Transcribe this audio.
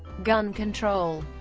gun control